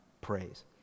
praise